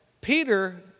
Peter